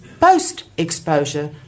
post-exposure